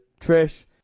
Trish